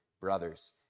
brothers